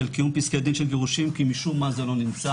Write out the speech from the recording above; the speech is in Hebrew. קיום פסקי דין של גירושין כי משום מה זה לא נמצא.